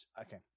Okay